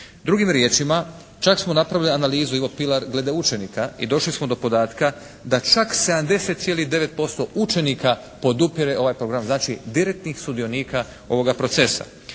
Drugim riječima čak smo napravili analizu "Ivo Pilar" glede učenika i došli smo do podatka da čak 70,9% učenika podupire ovaj program, znači direktnih sudionika ovoga procesa.